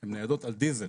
הן ניידות על דיזל,